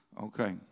Okay